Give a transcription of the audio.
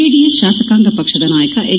JDS ಶಾಸಕಾಂಗ ಪಕ್ಷದ ನಾಯಕ ಎಚ್